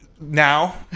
now